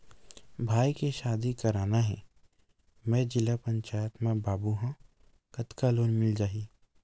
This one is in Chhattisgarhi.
भाई के शादी करना हे मैं जिला पंचायत मा बाबू हाव कतका लोन मिल जाही?